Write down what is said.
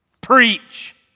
preach